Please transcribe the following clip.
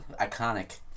iconic